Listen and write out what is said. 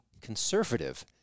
conservative